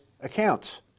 accounts